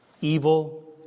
evil